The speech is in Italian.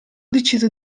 deciso